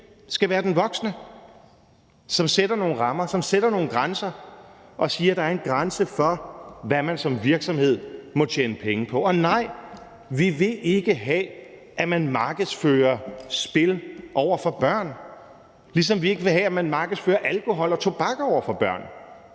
skal være den voksne, som sætter nogle rammer, som sætter nogle grænser og siger, at der er en grænse for, hvad man som virksomhed må tjene penge på. Og nej, vi vil ikke have, at man markedsfører spil over for børn, ligesom vi ikke vil have, at man markedsfører alkohol og tobak over for børn.